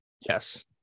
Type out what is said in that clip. Yes